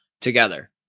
together